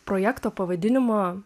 projekto pavadinimo